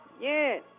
Yes